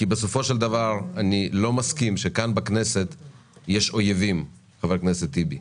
איני מסכים שבכנסת יש אויבים, חבר הכנסת טיבי.